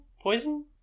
poison